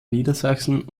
niedersachsen